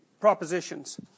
propositions